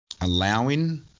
allowing